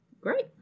Great